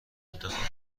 انتخاب